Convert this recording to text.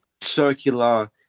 circular